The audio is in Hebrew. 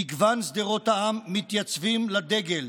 מגוון שדרות העם מתייצבות לדגל.